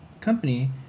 company